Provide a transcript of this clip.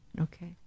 Okay